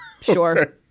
sure